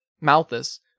Malthus